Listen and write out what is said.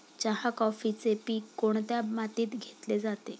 चहा, कॉफीचे पीक कोणत्या मातीत घेतले जाते?